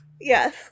Yes